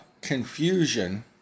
confusion